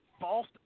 false